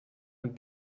und